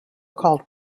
called